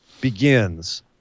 begins